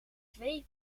twee